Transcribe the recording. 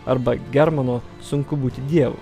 arba germano sunku būti dievu